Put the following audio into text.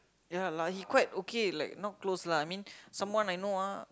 ya lah he quite okay like not close lah I mean someone I know ah